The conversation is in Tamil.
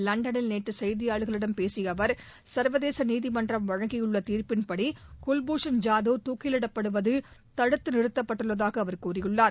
லண்டனில் நேற்று செய்தியாளர்களிடம் பேசிய அவர் சர்வதேச நீதிமன்றம் வழங்கியுள்ள தீர்ப்பின்படி குல்புஷன் ஜாதவ் தூக்கிலிடப்படுவது தடுத்து நிறுத்தப்பட்டுள்ளதாக அவர் கூறியுள்ளார்